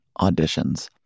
auditions